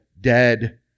dead